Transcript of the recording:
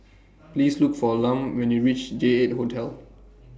Please Look For Lum when YOU REACH J eight Hotel